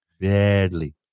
badly